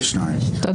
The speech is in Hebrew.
נפל.